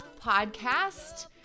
podcast